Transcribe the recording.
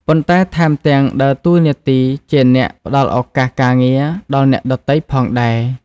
ប៉ុន្តែថែមទាំងដើរតួនាទីជាអ្នក ផ្តល់ឱកាសការងារដល់អ្នកដទៃ ផងដែរ។